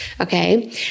okay